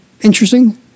interesting